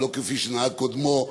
ולא כפי שנהג קודמו,